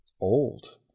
old